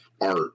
art